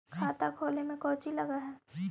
खाता खोले में कौचि लग है?